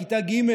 בכיתה ג',